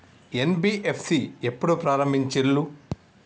NBFC ఎప్పుడు ప్రారంభించిల్లు?